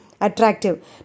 attractive